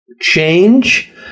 Change